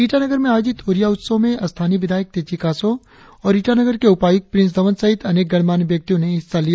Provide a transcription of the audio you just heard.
ईटानगर में आयोजित ओरिया उत्सव में स्थानीय विधायक तेची कासो और ईटानगर के उपायुक्त प्रिंस धवन सहित अनेक गणमान्य व्यक्तियों ने हिस्सा लिया